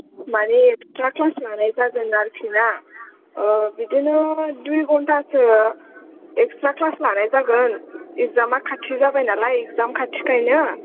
मानि extra class लानाय जागोन आरोखिना बिदिनो दुइ घन्टासो इकस्थ्रा क्लास लानाय जागोन इकजामा खाथि जाबाय नालाय इकजाम खाथि खायनो